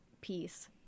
piece